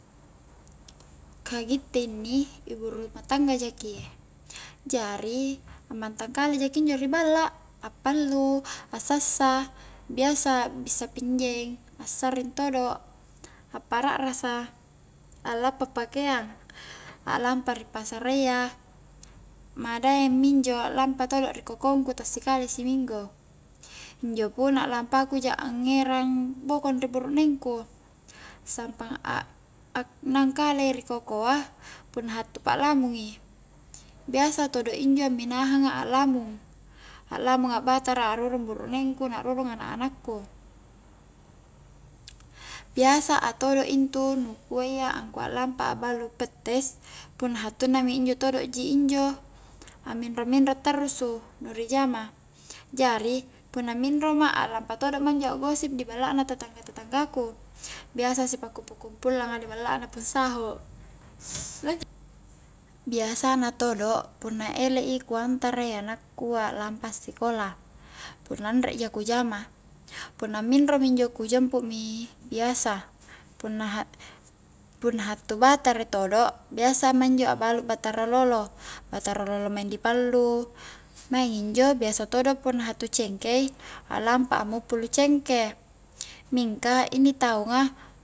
Ka gitte inni ibu rumah tangga jaki jari ammantang kale jaki injo ri balla, a pallu, a sassa, biasa bissa pinjeng, a sarring todo', a para'rasa, a lappa pakeang, a lampa ri pasarayya madaeng mi injo a lampa todo a ri kokong ku ta sikali si minggu injo pun a lampa ku ja angngerang bokong ri burukneng ku, sampang a aknangkala i ri koko a punna hattu pa'lamung i, biasa todo injo minahanga a'lamung, a'lamunga batara a' rurung burukneng ku na rurung anak-anakku biasa a todo intu nu kuayya angkua a lampa akbalu pettes punna hattuna mi injo todo ji injo aminro-minro tarrusu nu ri jama jari punna minro ma a'lampa todo ma injo a'gosip di balla na tetangga-tetangga ku, biasa si pa kumpu-kumpullanga di balla na pung saho biasa na todo' punna ele' i ku antara i anakku a'lampa sikola punna anre ja ku jama punna minro mi injo ku jemput mi biasa punna ha-punna hattu batara i todo biasa ma injo a'balu batara lolo, batara lolo maing di pallu, maing injo biasa todo punna hattu cengkei a'lampa a muppulu cengke mingka inni taunga